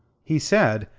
he said.